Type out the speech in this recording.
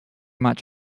much